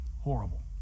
Horrible